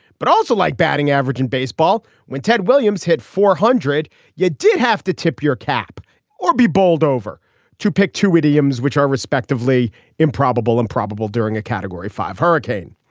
but also like batting average in baseball when ted williams hit four hundred you yeah did have to tip your cap or be bowled over to pick two idioms which are respectively improbable and probable during a category five hurricane.